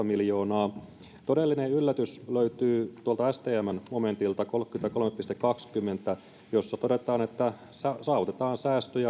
miljoonaa todellinen yllätys löytyy tuolta stmn momentilta kolmekymmentäkolme piste kaksikymmentä jossa todetaan että saavutetaan säästöjä